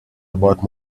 about